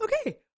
okay